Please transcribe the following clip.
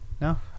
No